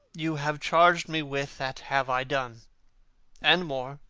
you have charg'd me with, that have i done and more,